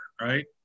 right